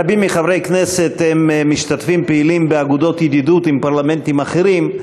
רבים מחברי הכנסת הם משתתפים פעילים באגודות ידידות עם פרלמנטים אחרים.